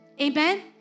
Amen